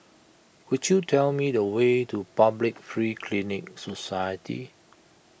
could you tell me the way to Public Free Clinic Society